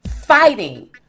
fighting